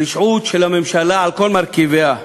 רשעות של הממשלה על כל מרכיביה.